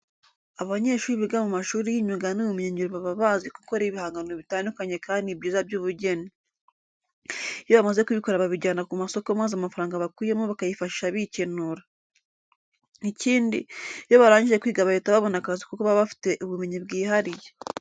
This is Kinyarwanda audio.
Abanyeshuri biga mu mashuri y'imyuga n'ubumenyingiro baba bazi gukora ibihangano bitandukanye kandi byiza by'ubugeni. Iyo bamaze kubikora babijyana ku masoko maze amafaranga bakuyemo bakayifashisha bikenura. Ikindi, iyo barangije kwiga bahita babona akazi kuko baba bafite ubumenyi bwihariye.